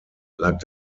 lag